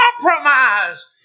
compromise